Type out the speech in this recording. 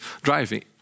driving